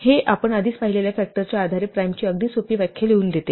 हे आपण आधीच पाहिलेल्या फॅक्टरच्या आधारे प्राइमची अगदी सोपी व्याख्या लिहू देते